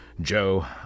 Joe